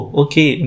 okay